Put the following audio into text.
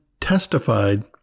testified